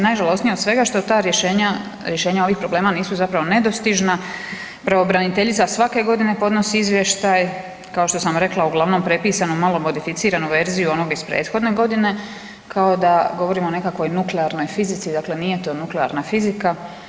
Najžalosnije od svega što ta rješenja ovih problema nisu zapravo nedostižna, pravobraniteljica svake godine podnosi izvještaj, kao što sam rekla uglavnom prepisano, malo modificiranu verziju onog iz prethodne godine kao da govorimo o nekakvoj nuklearnoj fizici, dakle nije to nuklearna fizika.